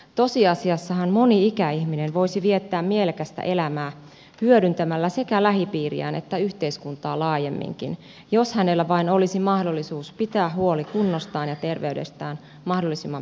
tosiasiassahan moni ikäihminen voisi viettää mielekästä elämää hyödyttämällä sekä lähipiiriään että yhteiskuntaa laajemminkin jos hänellä vain olisi mahdollisuus pitää huoli kunnostaan ja terveydestään mahdollisimman pitkään